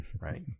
right